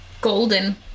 golden